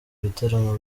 ibitaramo